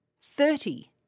thirty